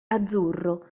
azzurro